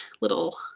little